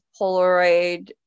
Polaroid